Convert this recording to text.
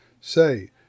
say